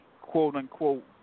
quote-unquote